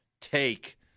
take